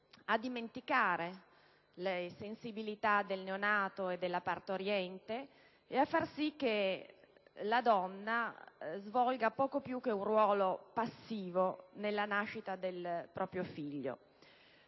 a dimenticare le sensibilità del neonato e della partoriente ed a far sì che la donna svolga poco più che un ruolo passivo nella nascita del proprio figlio.